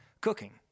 cooking